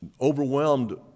overwhelmed